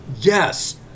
Yes